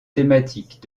thématique